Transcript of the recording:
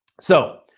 so,